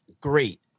Great